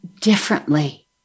differently